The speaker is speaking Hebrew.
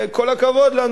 וכל הכבוד לנו,